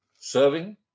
serving